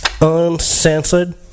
uncensored